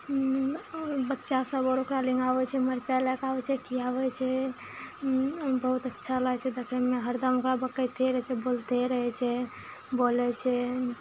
बच्चा सब आओर ओकरा लग आबै छै मरचाइ लैकऽ आबै छै खिआबै छै बहुत अच्छा लागै छै देखैमे हरदम ओकरा बकैते रहै छै बोलते रहै छै बोलै छै